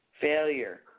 failure